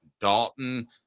Dalton